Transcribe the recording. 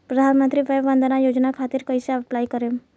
प्रधानमंत्री वय वन्द ना योजना खातिर कइसे अप्लाई करेम?